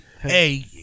Hey